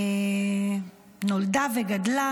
נולדה וגדלה